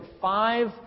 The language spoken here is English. five